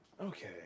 Okay